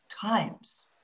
Times